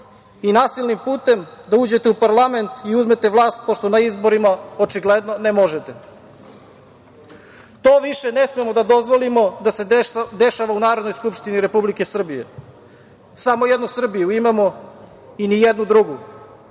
i nasilnim putem da uđete u parlament i uzmete vlast, pošto na izborima očigledno ne možete? To više ne smemo da dozvolimo da se dešava u Narodnoj skupštini Republike Srbije. Samo jednu Srbiju imamo i ni jednu drugu.